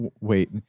Wait